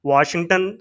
Washington